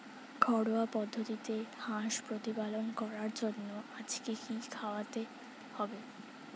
ঘরোয়া পদ্ধতিতে হাঁস প্রতিপালন করার জন্য আজকে কি খাওয়াতে হবে?